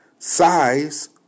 size